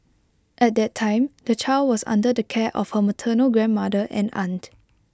at that time the child was under the care of her maternal grandmother and aunt